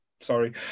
Sorry